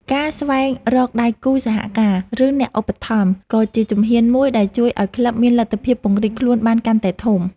ការស្វែងរកដៃគូសហការ ឬអ្នកឧបត្ថម្ភ ក៏ជាជំហានមួយដែលជួយឱ្យក្លឹបមានលទ្ធភាពពង្រីកខ្លួនបានកាន់តែធំ។